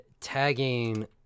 tagging